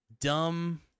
dumb